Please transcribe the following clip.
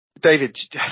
David